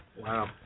wow